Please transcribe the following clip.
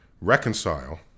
reconcile